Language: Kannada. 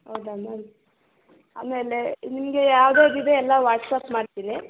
ಹೌದಾ ಮ್ಯಾಮ್ ಆಮೇಲೆ ನಿಮಗೆ ಯಾವ್ದು ಯಾವ್ದು ಇದೆ ಎಲ್ಲ ವಾಟ್ಸ್ಅಪ್ ಮಾಡ್ತೀನಿ